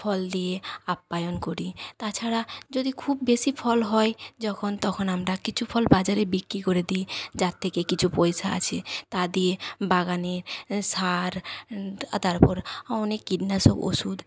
ফল দিয়ে আপ্যায়ন করি তাছাড়া যদি খুব বেশি ফল হয় যখন তখন আমরা কিছু ফল বাজারে বিক্রি করে দিই যার থেকে কিছু পয়সা আসে তা দিয়ে বাগানের সার তারপর অনেক কীটনাশক ওষুধ